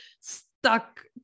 stuck